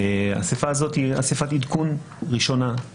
האסיפה הזאת היא אסיפת עדכון ראשונה.